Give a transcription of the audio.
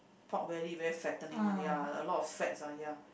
pork belly very fattening one ya a lot of fats ah ya